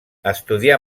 estudià